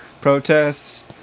protests